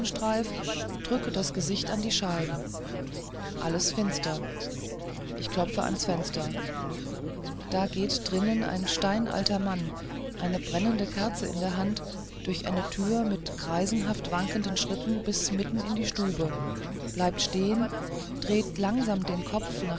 drücke das gesicht an die scheiben alles finster ich klopfe ans fenster da geht drinnen ein steinalter mann eine brennende kerze in der hand durch eine tür mit greisenhaft wankenden schritten bis mitten in die stube bleibt stehen dreht langsam den kopf